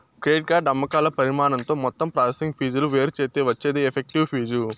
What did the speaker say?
credit card అమ్మకాల పరిమాణంతో మొత్తం ప్రాసెసింగ్ ఫీజులు వేరుచేత్తే వచ్చేదే ఎఫెక్టివ్ ఫీజు